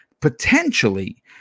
potentially